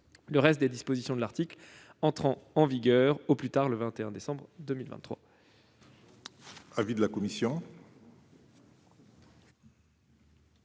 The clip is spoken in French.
les autres dispositions de l'article entrant en vigueur au plus tard le 21 décembre 2023.